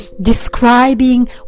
describing